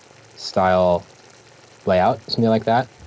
style layout, something like that.